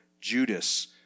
Judas